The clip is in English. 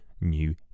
new